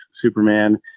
Superman